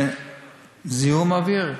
זיהום אוויר,